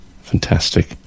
Fantastic